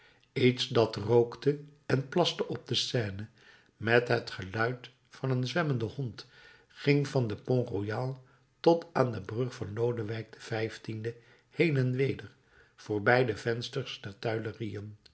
iets dat rookte en plaste op de seine met het geluid van een zwemmenden hond ging van den pont royal tot aan de brug van lodewijk xv heen en weder voorbij de vensters der tuilerieën